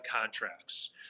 contracts